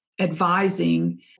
advising